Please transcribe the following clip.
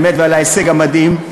באמת, ועל ההישג המדהים,